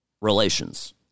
relations